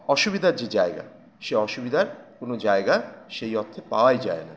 অসুবিধার যে জায়গা সে অসুবিধার কোনো জায়গা সেই অর্থে পাওয়াই যায় না